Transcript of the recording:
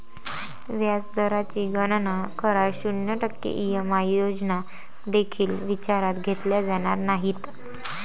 व्याज दराची गणना करा, शून्य टक्के ई.एम.आय योजना देखील विचारात घेतल्या जाणार नाहीत